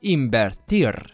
Invertir